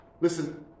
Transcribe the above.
Listen